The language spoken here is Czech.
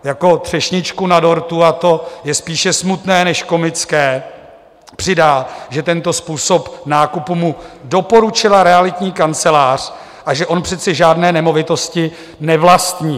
Jako třešničku na dortu, a to je spíše smutné než komické, přidá, že tento způsob nákupu mu doporučila realitní kancelář a že on přece žádné nemovitosti nevlastní.